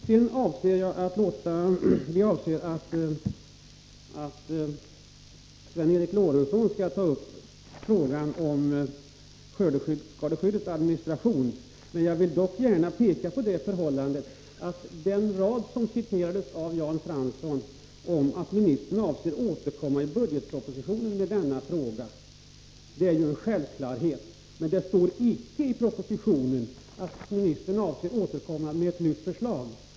Sven Eric Lorentzon kommer att ta upp frågan om skördeskadeskyddets administration. Eftersom Jan Fransson sade att ministern avser att återkomma i budgetpropositionen i denna fråga vill jag säga att det är självklart. Men det står inte i propositionen att ministern avser att återkomma med ett nytt förslag.